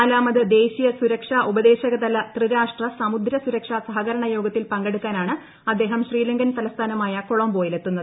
നാലാമത് ദേശീയ സുരക്ഷാ ഉപദേഷ്ടാവ്തല ത്രിരാഷ്ട്ര സമുദ്ര സുരക്ഷാ സഹകരണ യോഗത്തിൽ പങ്കെടുക്കാനാണ് അദ്ദേഹം ശ്രീലങ്കൻ തലസ്ഥാനമായ കൊളംബോയിൽ എത്തുന്നത്